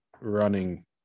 running